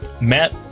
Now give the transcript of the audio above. Matt